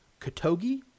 Kotogi